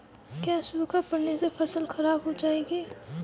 क्या सूखा पड़ने से फसल खराब हो जाएगी?